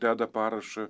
deda parašą